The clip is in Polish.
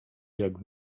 jak